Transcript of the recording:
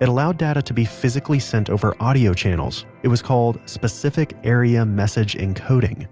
it allowed data to be physically sent over audio channels, it was called specific area message encoding